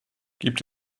gibt